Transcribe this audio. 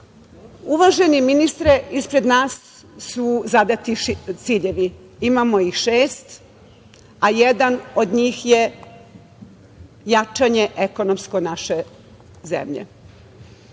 zemlji. Uvaženi ministre, ispred nas su zadati ciljevi. Imamo ih šest, a jedan od njih je jačanje ekonomsko naše zemlje.